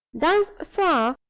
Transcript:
thus far,